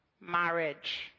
marriage